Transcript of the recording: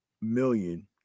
million